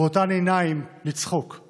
ובאותן עיניים לצחוק /